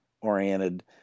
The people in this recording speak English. oriented